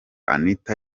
anita